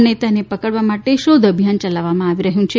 અને તેને પકડવા માટે શોધ અભિયાન ચલાવવામાં આવી રહ્યું છે